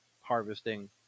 harvesting